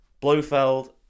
Blofeld